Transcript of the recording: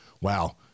Wow